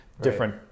different